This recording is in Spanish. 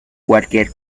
cualquier